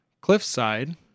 cliffside